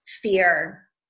fear